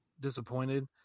disappointed